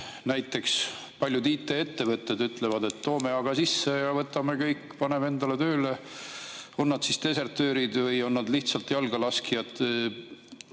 näiteks paljud IT‑ettevõtjad ütlevad, et toome neid aga sisse ja võtame kõik endale tööle, on nad desertöörid või on nad lihtsalt jalgalaskjad